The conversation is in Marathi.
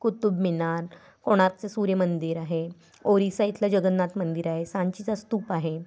कुतुब मिनार कोणार्कचे सूर्य मंदिर आहे ओरिसा इथलं जगन्नाथ मंदिर आहे सांचीचा स्तूप आहे